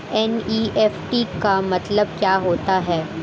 NEFT का मतलब क्या होता है?